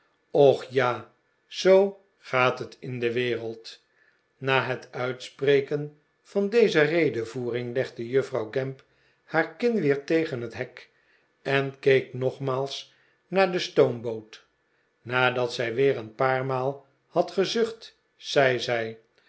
och ja zoo gaat het in de wereld na he t uitspreken van deze redevoering legde juffrouw gamp haar kin weer tegen het hek en keek nogmaals naar de stoomboot nadat zij weer een paar maal had gezucht zei